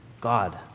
god